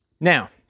Now